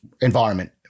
environment